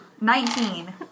Nineteen